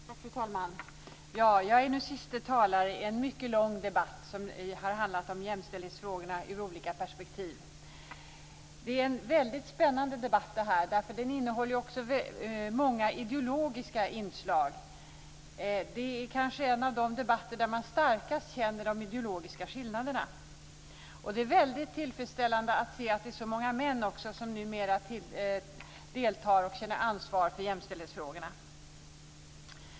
Fru talman! Jag är sista talaren i en mycket lång debatt som handlat om jämställdhetsfrågor ur olika perspektiv. Den här debatten är väldigt spännande. Den har ju också många ideologiska inslag. Kanske är det här en av de debatter där man starkast känner de ideologiska skillnaderna. Det är väldigt tillfredsställande att se att det är så många män som numera deltar och känner ansvar för jämställdhetsfrågorna.